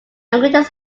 languages